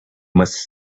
must